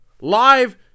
live